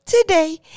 Today